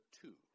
two